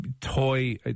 toy